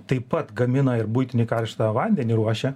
taip pat gamina ir buitinį karštą vandenį ruošia